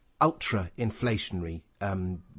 ultra-inflationary